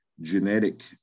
genetic